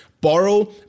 Borrow